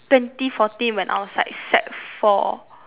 twenty fourteen when I was like sec four